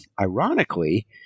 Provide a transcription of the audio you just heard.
ironically